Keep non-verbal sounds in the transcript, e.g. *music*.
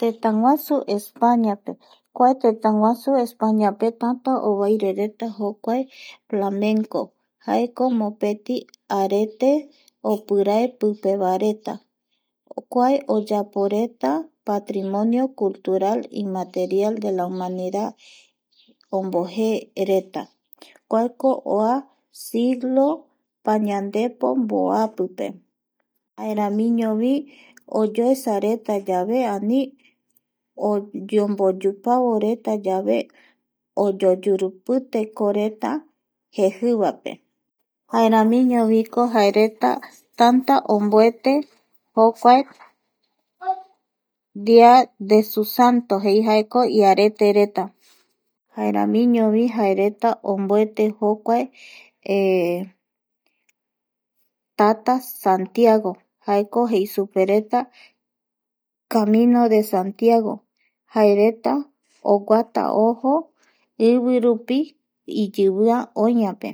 Tëtäguasu Españape kua tëtäguasupe tätäovairereta jokuae flamengo ko jae mopeti arete opirae pipevaereta kua oyaporeta patrimonio cultural imaterial de la humanidad, ombojee reta kuako oa siglo pañandepo mboapipe jaeramiñovi oyoesa retayave ani oyomboyupavoretayave oyoyurupitekoreta jejivape jaeramiñoviko jaereta tanta omboete jokuae *noise* dia de su santo jei jaeko omboetereta jaeramiñovi jaereta omboete jokuae *hesitation* tata Santiago jaeko jei supereta camino de Santiago jaereta oguata ojo ivirupi iyivia oiape *noise* *hesitation*